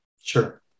Sure